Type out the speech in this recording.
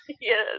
yes